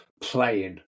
Playing